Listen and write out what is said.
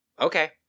okay